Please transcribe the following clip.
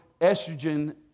estrogen